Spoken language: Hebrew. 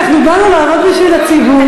אנחנו באנו לעבוד בשביל הציבור,